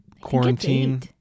quarantine